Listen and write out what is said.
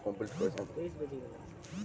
ম্যালা কীট পতঙ্গ যেগলা ধ্যইরে চাষ ক্যরা হ্যয়